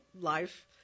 life